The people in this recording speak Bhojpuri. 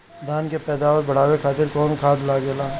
धान के पैदावार बढ़ावे खातिर कौन खाद लागेला?